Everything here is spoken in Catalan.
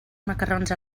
macarrons